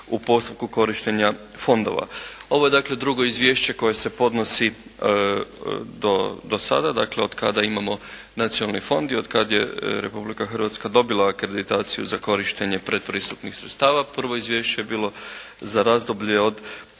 u postupku korištenja fondova. Ovo je dakle drugo izvješće koje se podnosi do sada, dakle od kada imamo nacionalni fond i od kad je Republika Hrvatska dobila akreditaciju za korištenje pretpristupnih sredstava. Prvo izvješće je bilo za razdoblje od